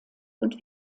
und